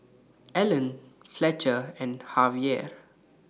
Alan Fletcher and